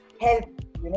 help